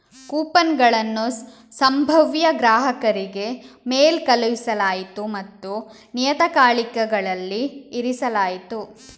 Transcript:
ಕೂಪನುಗಳನ್ನು ಸಂಭಾವ್ಯ ಗ್ರಾಹಕರಿಗೆ ಮೇಲ್ ಕಳುಹಿಸಲಾಯಿತು ಮತ್ತು ನಿಯತಕಾಲಿಕೆಗಳಲ್ಲಿ ಇರಿಸಲಾಯಿತು